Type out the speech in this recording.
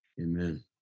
Amen